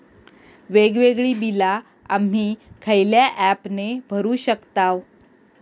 वेगवेगळी बिला आम्ही खयल्या ऍपने भरू शकताव?